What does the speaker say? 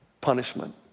punishment